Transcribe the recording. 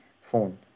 phone